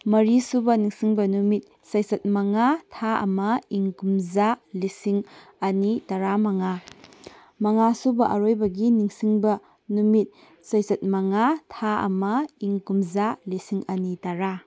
ꯃꯔꯤꯁꯨꯕ ꯅꯤꯡꯁꯤꯡꯕ ꯅꯨꯃꯤꯠ ꯆꯩꯆꯠ ꯃꯉꯥ ꯊꯥ ꯑꯃ ꯏꯪ ꯀꯨꯝꯖꯥ ꯂꯤꯁꯤꯡ ꯑꯅꯤ ꯇꯔꯥꯃꯉꯥ ꯃꯉꯥꯁꯨꯕ ꯑꯔꯣꯏꯕꯒꯤ ꯅꯤꯡꯁꯤꯡꯕ ꯅꯨꯃꯤꯠ ꯆꯩꯆꯠ ꯃꯉꯥ ꯊꯥ ꯑꯃ ꯏꯪ ꯀꯨꯝꯖꯥ ꯂꯤꯁꯤꯡ ꯑꯅꯤ ꯇꯔꯥ